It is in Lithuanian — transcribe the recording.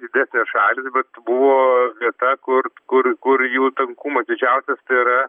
didesnės šalys bet buvo vieta kur kur kur jų tankumas didžiausias yra